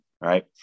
Right